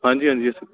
ਹਾਂਜੀ ਹਾਂਜੀ